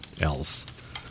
else